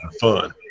fun